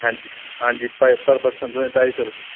हंजी हांजी per person तुसें गी ढाई सौ रुपया